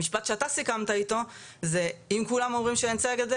המשפט שאתה סיכמת איתו זה אם כולם אומרים שאין צדק,